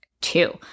Two